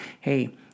Hey